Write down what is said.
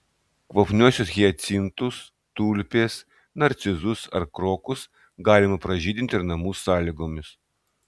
kvapniuosius hiacintus tulpės narcizus ar krokus galima pražydinti ir namų sąlygomis